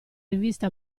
rivista